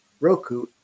Roku